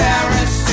Paris